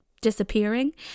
disappearing